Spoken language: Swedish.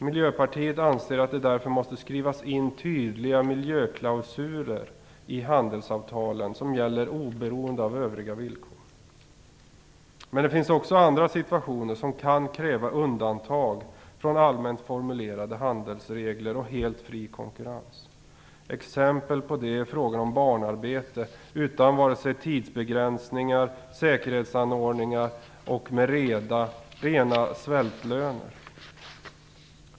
Miljöpartiet anser att det därför måste skrivas in tydliga miljöklausuler i handelsavtalen som gäller oberoende av övriga villkor. Det finns också andra situationer som kan kräva undantag från allmänt formulerade handelsregler och helt fri konkurrens. Exempel på det är barnarbete utan vare sig tidsbegränsningar eller säkerhetsanordningar och till rena svältlöner.